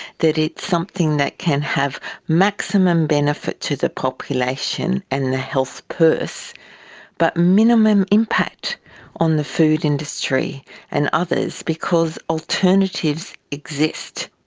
that it's something that can have maximum benefit to the population and the health purse but minimum impact on the food industry and others because alternatives exist.